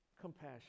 Compassion